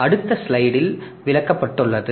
எனவே அடுத்த ஸ்லைடு விளக்கப்பட்டுள்ளது